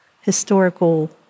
historical